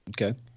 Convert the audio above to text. Okay